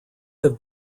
have